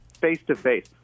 face-to-face